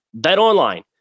BetOnline